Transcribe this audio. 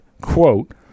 quote